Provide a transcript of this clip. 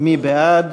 מי בעד?